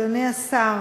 תודה, אדוני השר,